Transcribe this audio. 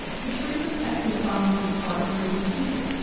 which brings us back to the problems of parts versus people.